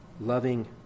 loving